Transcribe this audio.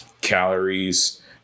calories